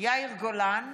יאיר גולן,